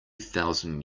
thousand